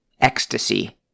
ecstasy